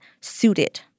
suited